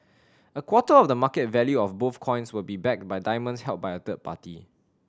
a quarter of the market value of both coins will be backed by diamonds held by a third party